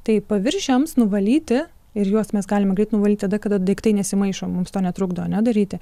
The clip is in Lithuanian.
tai paviršiams nuvalyti ir juos mes galim greit nuvalyti tada kada daiktai nesimaišo mums netrukdo ar ne daryti